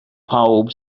pawb